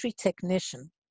technician